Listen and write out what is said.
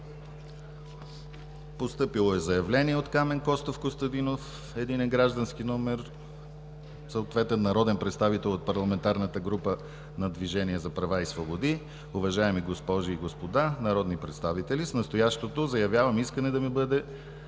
Постъпило е заявление от Камен Костов Господинов, ЕГН (…), народен представител от парламентарната група на Движението за права и свободи. „Уважаеми госпожи и господа народни представители! С настоящото заявявам искане да ми бъдат